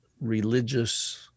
religious